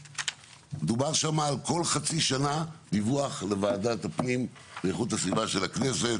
דובר על כל חצי שנה דיווח לוועדת הפנים ואיכות הסביבה של הכנסת,